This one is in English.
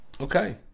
Okay